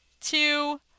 two